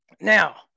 Now